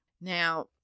Now